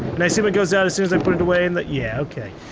and i assume it goes down as soon as i put it away and that, yeah okay.